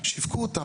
שיווקו אותה,